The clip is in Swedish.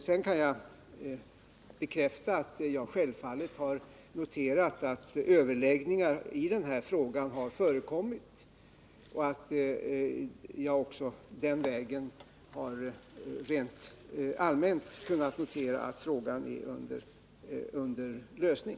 Sedan kan jag bekräfta att jag självfallet har noterat att överläggningar i denna fråga har förekommit — och att jag också den vägen har kunnat notera, rent allmänt, att frågan är under lösning.